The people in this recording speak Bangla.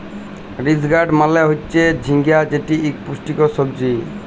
রিজ গার্ড মালে হচ্যে ঝিঙ্গা যেটি ইক পুষ্টিকর সবজি